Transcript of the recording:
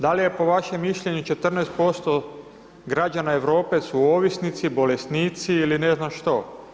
Da li po vašem mišljenju 14% građana Europe su ovisnici, bolesnici ili ne znam što?